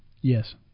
Yes